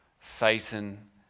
Satan